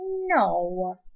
No